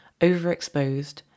overexposed